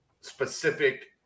specific